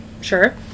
sure